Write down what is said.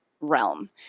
realm